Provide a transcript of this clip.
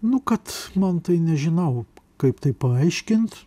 nu kad man tai nežinau kaip tai paaiškinti